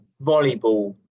volleyball